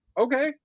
Okay